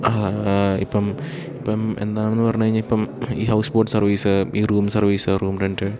ഇപ്പം ഇപ്പം എന്താണെന്ന് പറഞ്ഞുകഴിഞ്ഞാല് ഇപ്പം ഈ ഹൗസ് ബോട്ട് സർവീസ് ഈ റൂം സർവീസ് റൂം റെന്റ്